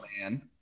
Man